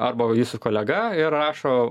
arba jūsų kolega ir rašo